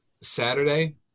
Saturday